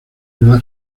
regla